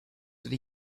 that